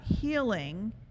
healing